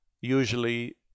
usually